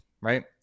right